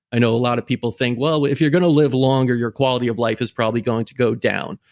i know a lot of people think, well if you're going to live longer, your quality of life is probably going to go down.